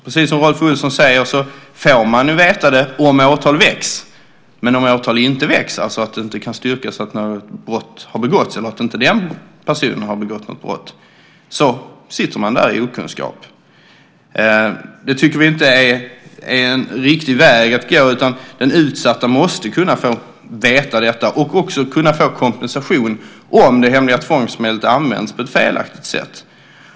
Precis som Rolf Olsson säger får man veta det om åtal väcks, men om åtal inte väcks, det vill säga att det inte har styrkts att brott har begåtts eller att den personen har begått brott, sitter man där i okunskap. Det är inte en riktig väg att gå. Den utsatta måste få veta detta och också få kompensation om det hemliga tvångsmedlet använts på ett felaktigt sätt.